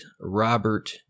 Robert